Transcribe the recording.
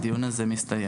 הדיון הזה מסתיים,